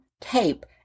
tape